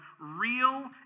real